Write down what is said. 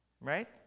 Right